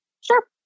Sure